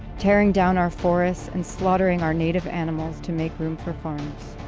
tearing down our forests and slaughtering our native animals to make room for farms.